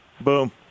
Boom